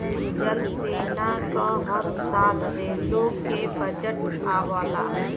जल सेना क हर साल रेलो के बजट आवला